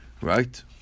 Right